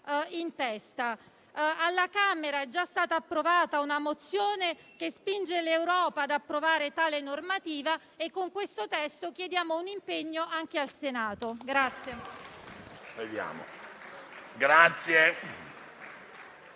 in testa. Alla Camera dei deputati è già stata approvata una mozione che spinge l'Europa ad approvare tale normativa e con questo testo chiediamo un impegno anche al Senato.